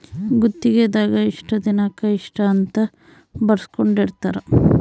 ಗುತ್ತಿಗೆ ದಾಗ ಇಷ್ಟ ದಿನಕ ಇಷ್ಟ ಅಂತ ಬರ್ಸ್ಕೊಂದಿರ್ತರ